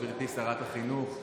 גברתי שרת החינוך,